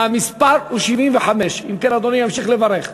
המספר הוא 75. אם כן, אדוני ימשיך לברך.